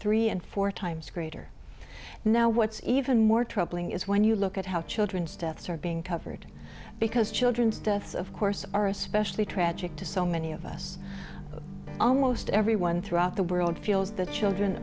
three and four times greater now what's even more troubling is when you look at how children's deaths are being covered because children's deaths of course are especially tragic to so many of us almost everyone throughout the world feels that children